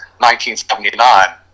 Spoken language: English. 1979